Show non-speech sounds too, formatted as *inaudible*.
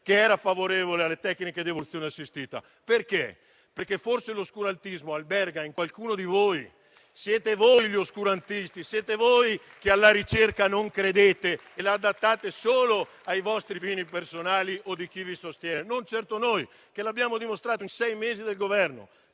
che era favorevole alle tecniche di evoluzione assistita? Perché? Forse l'oscurantismo alberga in qualcuno di voi. Siete voi gli oscurantisti, *applause* siete voi che alla ricerca non credete e la adattate solo ai vostri fini personali o di chi vi sostiene, non certo noi. L'abbiamo dimostrato in sei mesi di governo: